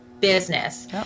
business